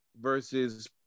Versus